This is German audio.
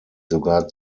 sogar